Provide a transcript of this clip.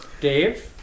Dave